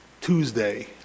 Tuesday